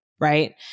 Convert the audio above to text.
Right